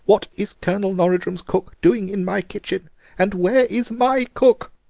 what is colonel norridrum's cook doing in my kitchen and where is my cook?